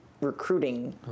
recruiting